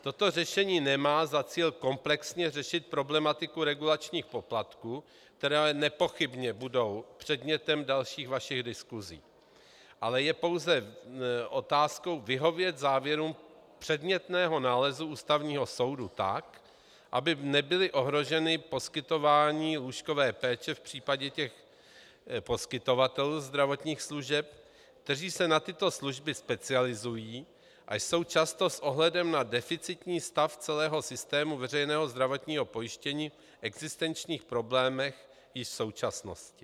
Toto řešení nemá za cíl komplexně řešit problematiku regulačních poplatků, které ale nepochybně budou předmětem vašich dalších diskusí, ale je pouze otázkou vyhovět závěrům předmětného nálezu Ústavního soudu tak, aby nebylo ohroženo poskytování lůžkové péče v případě těch poskytovatelů zdravotních služeb, kteří se na tyto služby specializují a jsou často s ohledem na deficitní stav celého systému veřejného zdravotního pojištění v existenčních problémech i v současnosti.